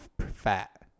fat